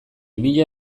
mila